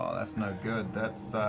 ah that's no good. that's,